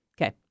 Okay